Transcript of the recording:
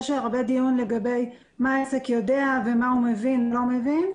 יש הרבה דיון לגבי מה עסק יודע ומה הוא מבין או לא מבין.